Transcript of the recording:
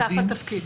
נוסף על תפקיד.